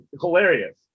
Hilarious